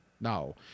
No